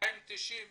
ו-290 רופאים,